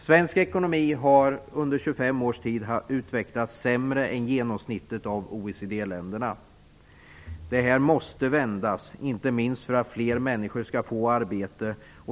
Svensk ekonomi har under 25 års tid utvecklats sämre än genomsnittet för OECD-länderna. Det här måste vändas, inte minst för att fler människor skall få arbete.